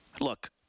Look